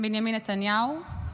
בנימין נתניהו".